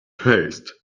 haste